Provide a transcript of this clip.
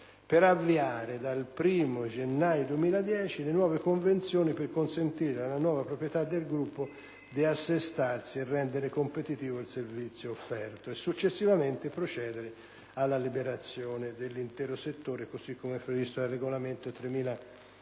per avviare dal 1° gennaio 2010 le nuove convenzioni per consentire alla nuova proprietà del gruppo di assestarsi e rendere competitivo il servizio offerto e successivamente procedere alla liberalizzazione dell'intero settore, così come previsto dal regolamento (CEE)